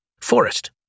Forest